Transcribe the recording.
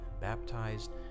baptized